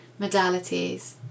modalities